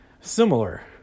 Similar